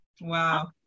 Wow